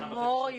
לאמור,